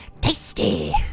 tasty